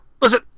listen